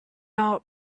out